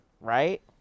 Right